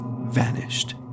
vanished